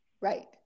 Right